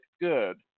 good